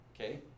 Okay